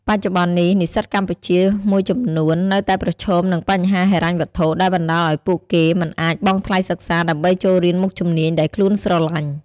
បច្ចុប្បន្ននេះ និស្សិតកម្ពុជាមួយចំនួននៅតែប្រឈមនឹងបញ្ហាហិរញ្ញវត្ថុ ដែលបណ្ដាលឲ្យពួកគេមិនអាចបង់ថ្លៃសិក្សាដើម្បីចូលរៀនមុខជំនាញដែលខ្លួនស្រឡាញ់.